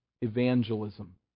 evangelism